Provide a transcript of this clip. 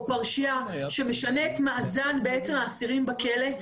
פרשיה שמשנה את מאזן בעצם האסירים בכלא,